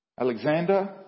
Alexander